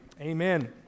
amen